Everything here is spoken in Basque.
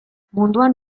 munduan